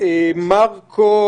מרקו